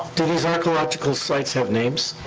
do these archeological sites have names?